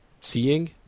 seeing